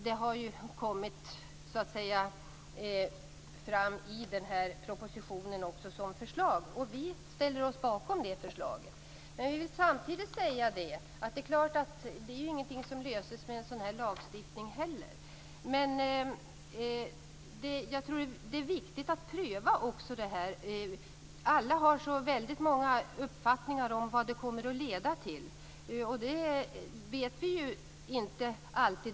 Det har också lagts fram som ett förslag i propositionen. Vi ställer oss bakom det förslaget. Det är ingenting som löses med en lagstiftning. Det är viktigt att pröva denna fråga. Alla har så många uppfattningar om vad det hela kommer att leda till.